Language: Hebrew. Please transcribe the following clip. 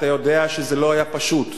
אתה יודע שזה לא היה פשוט.